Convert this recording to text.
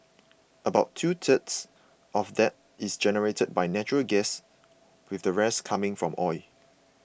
about two thirds of that is generated by natural gas with the rest coming from oil